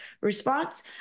response